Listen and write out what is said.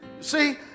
See